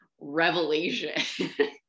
revelation